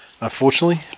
Unfortunately